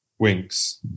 Winks